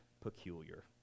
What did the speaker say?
peculiar